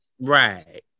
right